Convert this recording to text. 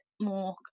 more